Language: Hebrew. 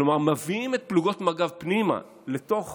כלומר מביאים את פלוגות מג"ב פנימה לתוך